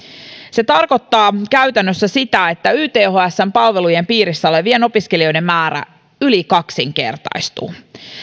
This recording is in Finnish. se tarkoittaa käytännössä sitä että ythsn palvelujen piirissä olevien opiskelijoiden määrä yli kaksinkertaistuu